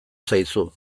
zaizu